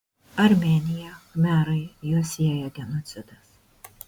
armėnija khmerai juos sieja genocidas